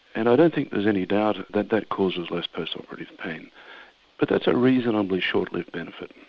and i don't think there's any doubt that that causes less post operative pain but that's a reasonably short lived benefit.